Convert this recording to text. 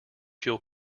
fuel